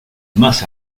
más